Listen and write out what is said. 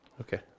Okay